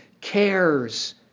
cares